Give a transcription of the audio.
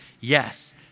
Yes